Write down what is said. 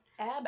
ab